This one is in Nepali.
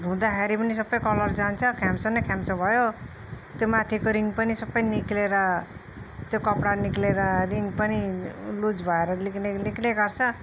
धुँदाखेरि पनि सबै कलर जान्छ ख्याम्सो न ख्याम्सो भयो त्यो माथिको रिङ पनि सबै निक्लेर त्यो कपडा निक्लेर रिङ पनि लुज भएर निक्लेको निक्लेकै गर्छ